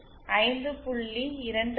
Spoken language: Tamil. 25 எனக் காணலாம்